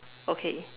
okay